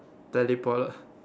teleport ah